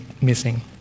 missing